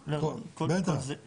לא יכולים לגרוע.